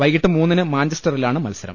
വൈകീട്ട് മൂന്നിന് മാഞ്ചസ്റ്ററിലാണ് മത്സരം